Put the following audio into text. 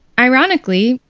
ironically,